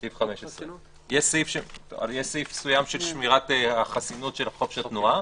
סעיף 15. יש סעיף מסוים של שמירת החסינות של החוק של תנועה,